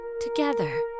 together